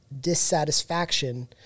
dissatisfaction